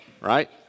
right